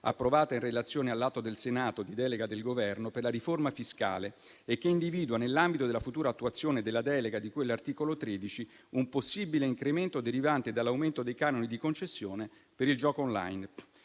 approvata in relazione all'atto del Senato di delega del Governo per la riforma fiscale, che individua nell'ambito della futura attuazione della delega di cui all'articolo 13 un possibile incremento derivante dall'aumento dei canoni di concessione per il gioco *online*.